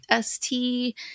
ST